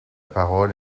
parole